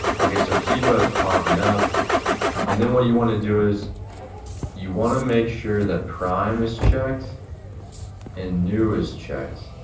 okay, so keepa is popping up and then what you wanna do is you wanna make sure that prime is checked and new is checked.